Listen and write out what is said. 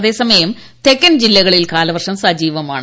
അതേസമയം തെക്കൻ ജില്ലകളിൽ കാലവർഷം സ്ജീവമാണ്